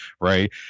right